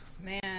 Man